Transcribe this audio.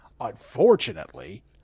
Unfortunately